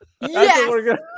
Yes